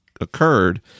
occurred